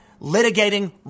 litigating